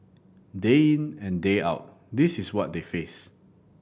day in and day out this is what they face